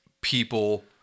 people